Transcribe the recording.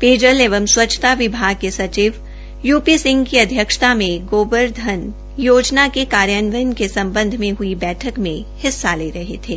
पेयजल एवं स्वच्छता विभाग के सचिव यू पी सिंह की अध्यक्षता में गोबरधन योजना के कार्यान्वयन के सम्बध में हई बैठक में हिस्सा ले रहे थे